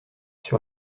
sur